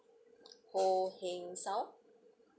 ho heng sal